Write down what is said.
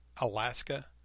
alaska